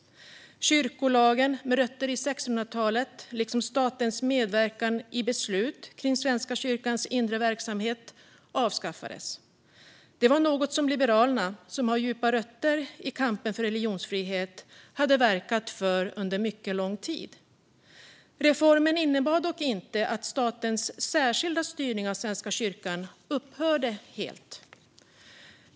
Kyrkolagen med rötter i 1600-talet liksom statens medverkan vid beslut om Svenska kyrkans inre verksamhet avskaffades. Detta var något som Liberalerna, som har djupa rötter i kampen för religionsfrihet, hade verkat för under mycket lång tid. Reformen innebar dock inte att statens särskilda styrning av Svenska kyrkan upphörde helt.